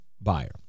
buyer